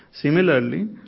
Similarly